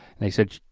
they said,